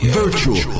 virtual